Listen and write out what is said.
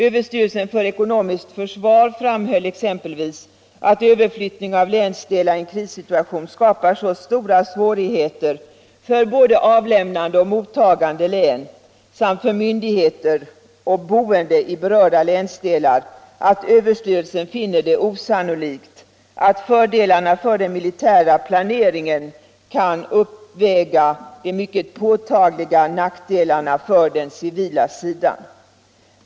Överstyrelsen för ekonomiskt försvar framhöll exempelvis att överflyttning av länsdelar i en krissituation skapar så stora svårigheter för både avlämnande och mottagande län samt för myndigheter och boende i berörda länsdelar, att överstyrelsen finner det osannolikt att fördelarna för den militära planeringen kan uppväga de mycket påtagliga nackdelarna för den civila sidan.